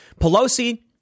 Pelosi